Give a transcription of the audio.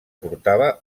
portava